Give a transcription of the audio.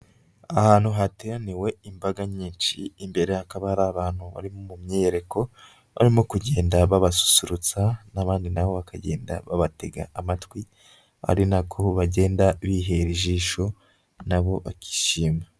Ahantu hateraniwe imbaga nyinshi, imbere hakaba hari abantu bari mu myiyereko, barimo kugenda babasusurutsa n'abandi nabo bakagenda babatega amatwi, ari nako bagenda bihera ijisho nabo bakishima.